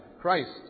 Christ